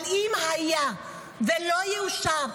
אבל היה שלא יאושר,